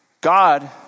God